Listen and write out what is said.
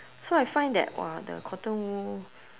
so I find that !wah! the cotton wool